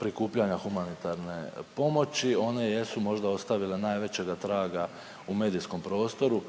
prikupljanja humanitarne pomoći. One jesu možda ostavile najvećega traga u medijskom prostoru.